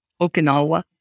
Okinawa